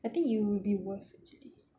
I think you would be worse actually